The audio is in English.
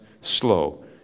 slow